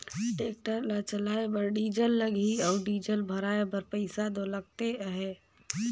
tractor ल चलाए बर डीजल लगही अउ डीजल भराए बर पइसा दो लगते अहे